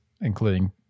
including